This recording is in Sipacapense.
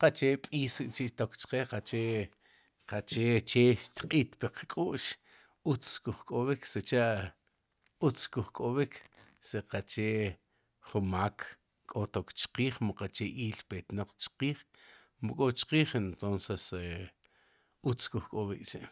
qachee b'iis chi'xtok chqe qache qache che xtq'iit puq k'u'x utz xkuj k'ob'ik sicha' uztz xkuj k'ob'ik si qachee jun maak k'o tok chqiij, mu qachee iil petnaq chqiij mu kó chqiij entonces e utz xkojk'ob'ik k'chi'.